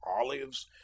olives